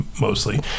mostly